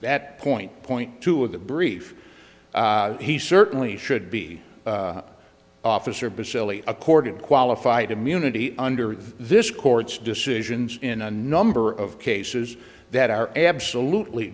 that point point two of the brief he certainly should be officer bacilli accorded qualified immunity under this court's decisions in a number of cases that are absolutely